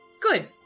good